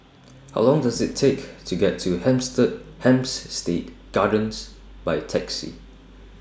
How Long Does IT Take to get to stead Gardens By Taxi